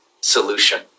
solution